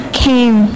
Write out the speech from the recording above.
came